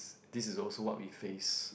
this is also what we face